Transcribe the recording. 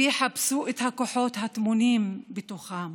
ויחפשו את הכוחות הטמונים בתוכם.